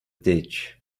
ditch